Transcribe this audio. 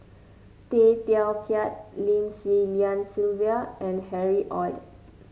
Tay Teow Kiat Lim Swee Lian Sylvia and Harry Ord